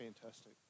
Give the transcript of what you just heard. fantastic